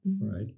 right